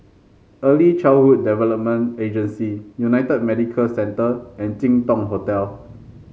Early Childhood Development Agency United Medicare Centre and Jin Dong Hotel